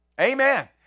Amen